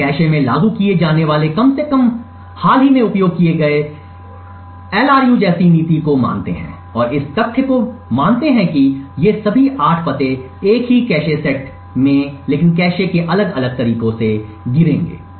हम कैश में लागू किए जाने वाले कम से कम हाल ही में उपयोग किए गए जैसे नीति को मानते हैं और इस तथ्य को मानते हैं कि ये सभी 8 पते एक ही कैश सेट में लेकिन कैश के अलग अलग तरीकों से गिरेंगे